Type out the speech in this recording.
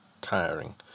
tiring